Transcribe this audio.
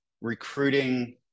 recruiting